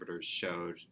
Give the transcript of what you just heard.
showed